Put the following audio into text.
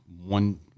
one